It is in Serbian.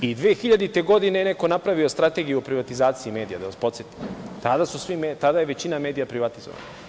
I 2000. godine je neko napravio Strategiju o privatizaciji medija, da vas podsetim, kada je većina medija privatizovana.